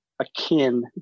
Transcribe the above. akin